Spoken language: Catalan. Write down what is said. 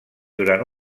durant